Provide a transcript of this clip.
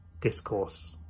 discourse